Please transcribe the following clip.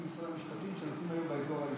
אני אשלח לך מסמכים ממשרד המשפטים ומעוד משרדי ממשלה,